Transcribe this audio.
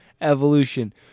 evolution